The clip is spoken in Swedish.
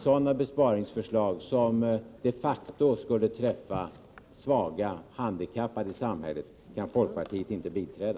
Sådana besparingsförslag som de facto skulle träffa svaga och handikappade i samhället kan folkpartiet inte biträda.